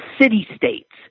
city-states